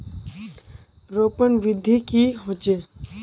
रोपण विधि की होय?